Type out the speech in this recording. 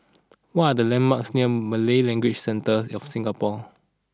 what are the landmarks near Malay Language Centre of Singapore